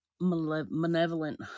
malevolent